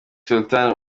sultan